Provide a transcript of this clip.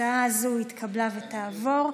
ההצעה הזאת התקבלה ותעבור.